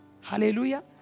Hallelujah